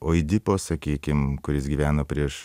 oidipo sakykim kuris gyveno prieš